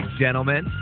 gentlemen